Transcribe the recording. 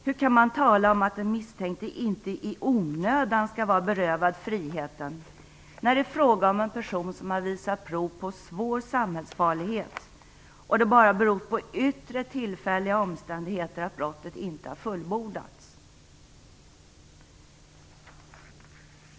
Hur kan man tala om att den misstänkte inte "i onödan" skall vara berövad friheten när det är fråga om en person som har visat prov på svår samhällsfarlighet och det bara beror på yttre, tillfälliga omständigheter att brottet inte har fullbordats?